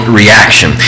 reaction